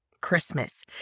Christmas